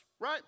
Right